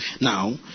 Now